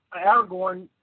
Aragorn